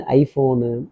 iPhone